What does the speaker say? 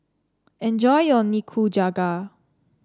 enjoy your Nikujaga